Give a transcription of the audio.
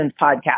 podcast